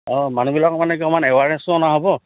অঁ মানুহবিলাকৰ এৱাৰনেছো অনা হ'ব